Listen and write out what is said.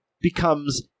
becomes